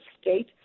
state